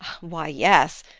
why, yes.